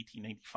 1895